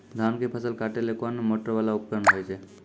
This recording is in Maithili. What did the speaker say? धान के फसल काटैले कोन मोटरवाला उपकरण होय छै?